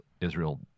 Israel